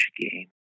game